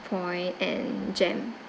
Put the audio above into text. point and jem